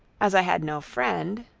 as i had no friend,